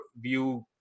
view